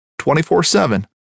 24-7